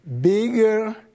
bigger